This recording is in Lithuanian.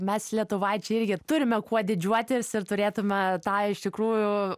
mes lietuvaičiai irgi turime kuo didžiuotis ir turėtume tą iš tikrųjų